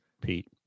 Pete